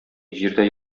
җирдә